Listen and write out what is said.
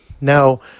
now